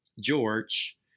George